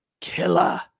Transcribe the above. Killer